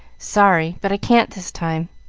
sorry, but i can't this time.